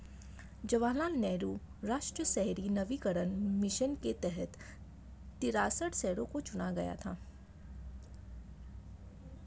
जवाहर लाल नेहरू राष्ट्रीय शहरी नवीकरण मिशन के तहत तिरेसठ शहरों को चुना गया था